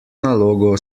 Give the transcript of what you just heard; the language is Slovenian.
nalogo